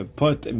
put